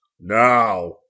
Now